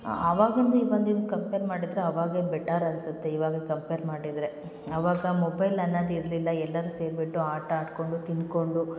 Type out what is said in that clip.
ಆ ಅವಾಗಿಂದು ಇವಂದಿದ್ ಕಂಪೇರ್ ಮಾಡಿದ್ರೆ ಅವಾಗೇ ಬೆಟರ್ ಅನ್ಸತ್ತೆ ಇವಾಗೆ ಕಂಪೇರ್ ಮಾಡಿದ್ರೆ ಅವಾಗ ಮೊಬೈಲ್ ಅನ್ನದು ಇರಲಿಲ್ಲ ಎಲ್ಲರು ಸೇರ್ಬಿಟ್ಟು ಆಟ ಆಡ್ಕೊಂಡು ತಿನ್ಕೊಂಡು